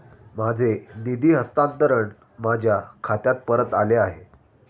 माझे निधी हस्तांतरण माझ्या खात्यात परत आले आहे